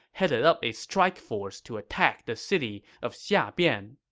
headed up a strike force to attack the city of xiabian.